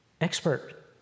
expert